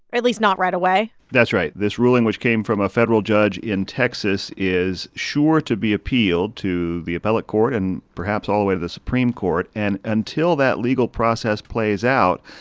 or at least not right away that's right. this ruling, which came from a federal judge in texas, is sure to be appealed to the appellate court and perhaps all the way to the supreme court. and until that legal process plays out,